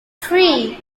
three